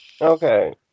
Okay